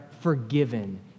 forgiven